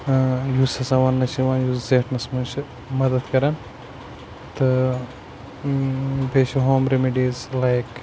یُس ہَسا وَنٛنہٕ چھُ یِوان یُس زیٹھنَس منٛز چھِ مَدَتھ کَران تہٕ بیٚیہِ چھِ ہوم ریمِڈیٖز لایِک